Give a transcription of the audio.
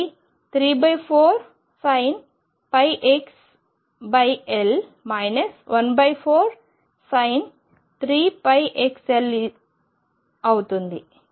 ఇది 34sin πxL 14sin 3πxL అవుతుంది